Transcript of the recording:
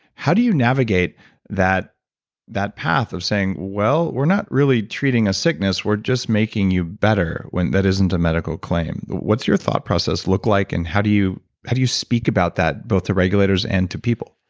how do you navigate that that path of saying, well, we're not really treating a sickness. we're just making you better. when that isn't a medical claim, what's your thought process look like and how do you how do you speak about that both to regulators and to people?